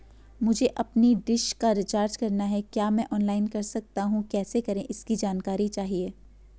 मुझे अपनी डिश का रिचार्ज करना है क्या मैं ऑनलाइन कर सकता हूँ कैसे करें इसकी जानकारी चाहिए?